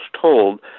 told